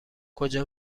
کجا